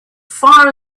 far